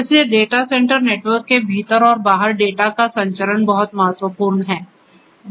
इसलिए data centre network के भीतर और बाहर डेटा का संचरण बहुत महत्वपूर्ण है